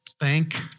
thank